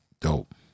dope